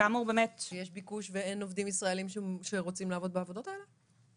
שיש ביקוש ואין עובדים ישראלים שרוצים לעבוד בעבודות האלה?